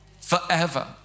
Forever